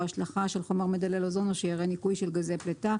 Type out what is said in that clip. השלכה של חומר מדלל אוזון או שיירי ניקוי של גזי פליטה".